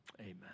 Amen